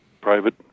private